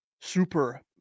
super